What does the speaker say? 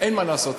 אין מה לעשות.